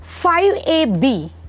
5ab